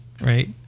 right